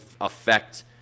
affect